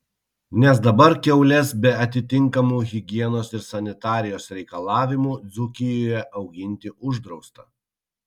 nes dabar kiaules be atitinkamų higienos ir sanitarijos reikalavimų dzūkijoje auginti uždrausta